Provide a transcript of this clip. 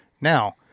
now